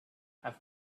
have